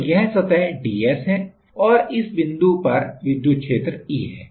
तो यह सतह ds है और इस बिंदु पर विद्युत क्षेत्र E है